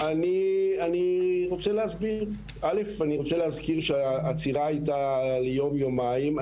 אני רוצה להזכיר שהעצירה הייתה ליום, יומיים.